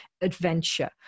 adventure